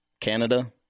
Canada